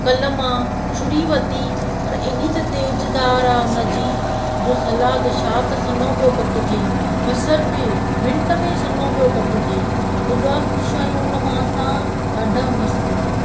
कल्ह मां छुरी वरिती पर एॾी त तेज़ु धार आहे हुन जी जो सलाद छा त सन्हो पियो कटिजे बसर बि मिंट में सन्हो पियो कटिजे ऐॾा ख़ुशि आहियूं उन मां असां ॾाढा मस्तु